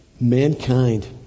mankind